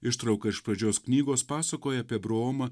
ištrauka iš pradžios knygos pasakoja apie abraomą